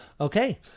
Okay